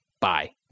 Bye